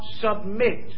submit